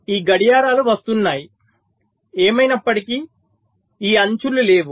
ఈ గడియారాలు వస్తున్నాయి ఏమైనప్పటికీ ఈ అంచులు లేవు